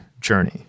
journey